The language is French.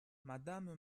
madame